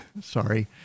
sorry